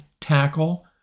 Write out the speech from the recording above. tackle